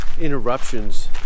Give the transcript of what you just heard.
interruptions